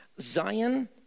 Zion